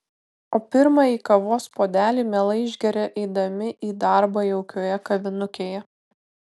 o pirmąjį kavos puodelį mielai išgeria eidami į darbą jaukioje kavinukėje